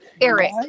Eric